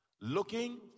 Looking